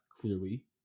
clearly